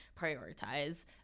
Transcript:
prioritize